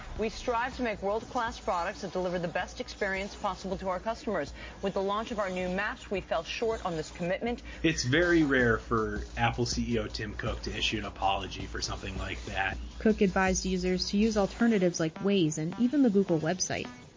we strive to make world class products and deliver the best experience possible to our customers with the launch of our new maps. we fell short on this commitment. it's very rare for apple ceo tim cook to issue an apology for something like that. cook advised users to use alternatives like waze and even the google web site.